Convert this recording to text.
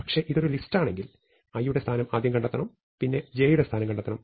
പക്ഷേ ഇതൊരു ലിസ്റ്റാണെങ്കിൽ i യുടെ സ്ഥാനം ആദ്യം കണ്ടെത്തണം പിന്നെ j യുടെ സ്ഥാനം കണ്ടെത്തണം